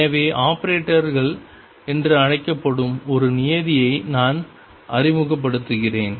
எனவே ஆபரேட்டர்கள் என்று அழைக்கப்படும் ஒரு நியதியை நான் அறிமுகப்படுத்துகிறேன்